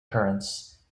currents